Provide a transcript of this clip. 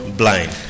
blind